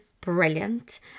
brilliant